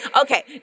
Okay